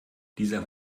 dieser